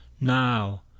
now